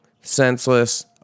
Senseless